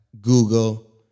Google